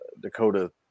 Dakota